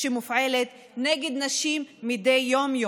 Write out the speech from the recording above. שמופעלת נגד נשים מדי יום.